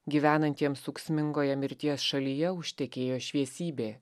gyvenantiems ūksmingoje mirties šalyje užtekėjo šviesybė